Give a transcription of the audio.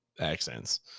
accents